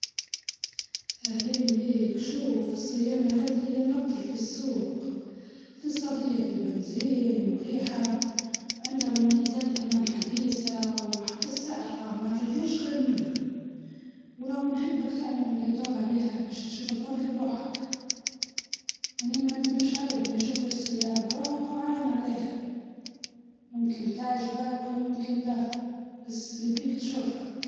أهلا بيك شوف السيارة هادي هي أفضل أفضل حاجة في السوج، إقتصادية في البنزينة، ومريحة، وعندها ميزات أمان حديثة، حتى السعر بتاعها ما تلجى خير منه، كنت تحب تدير فيها لفة وهيك تفضل شوف بروحك.